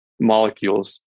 Molecules